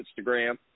Instagram